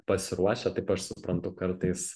pasiruošę taip aš suprantu kartais